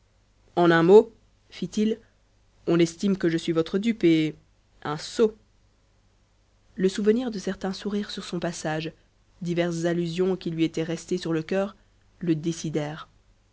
en un mot fit-il on estime que je suis votre dupe et un sot le souvenir de certains sourires sur son passage diverses allusions qui lui étaient restées sur le cœur le